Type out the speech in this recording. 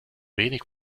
wenig